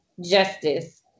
justice